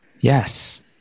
Yes